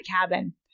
cabin